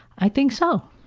i think so,